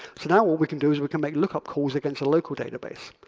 so now what we can do is we can make look up calls against a local database.